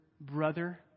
brother